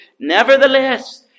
Nevertheless